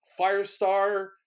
Firestar